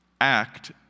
Act